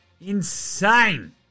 insane